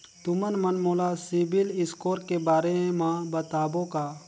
तुमन मन मोला सीबिल स्कोर के बारे म बताबो का?